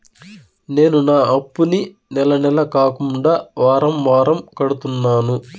నేను నా అప్పుని నెల నెల కాకుండా వారం వారం కడుతున్నాను